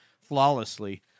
flawlessly